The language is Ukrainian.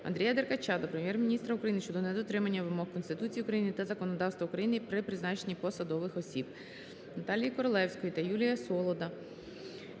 Андрія Деркача до Прем'єр-міністра України щодо недотримання вимог Конституції України та законодавства України при призначенні посадових осіб. Наталії Королевської та Юрія Солода